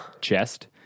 chest